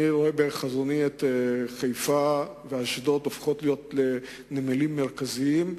אני רואה בחזוני את הנמלים של חיפה ואשדוד הופכים להיות נמלים מרכזיים,